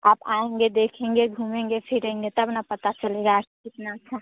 आप आएंगे देखेंगे घूमेंगे फिरेंगे तब न पता चलेगा कितना अच्छा